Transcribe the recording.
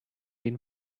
den